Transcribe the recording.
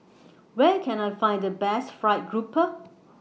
Where Can I Find The Best Fried Grouper